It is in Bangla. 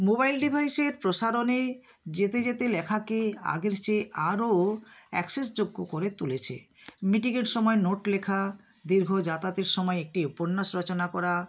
মোবাইল ডিভাইসের প্রসারণে যেতে যেতে লেখাকে আগের চেয়ে আরো অ্যাক্সেসযোগ্য করে তুলেছে মিটিংয়ের সময় নোট লেখা দীর্ঘ যাতায়াতের সময় একটি উপন্যাস রচনা করা